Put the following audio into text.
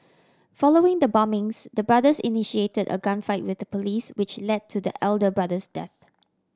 following the bombings the brothers initiated a gunfight with the police which led to the elder brother's death